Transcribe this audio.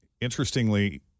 Interestingly